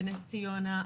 בנס ציונה,